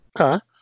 Okay